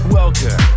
welcome